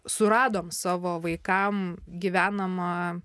suradom savo vaikam gyvenamą